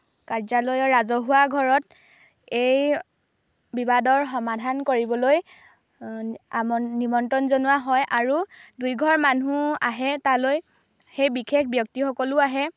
কাৰ্যালয়ৰ ৰাজহুৱা ঘৰত এই বিবাদৰ সমাধান কৰিবলৈ আমন নিমন্ত্ৰণ জনোৱা হয় আৰু দুয়োঘৰ মানুহ আহে তালৈ সেই বিশেষ ব্যক্তিসকলো আহে